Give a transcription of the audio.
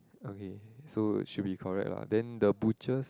okay so should be correct lah then the butchers